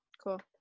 Cool